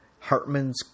Hartman's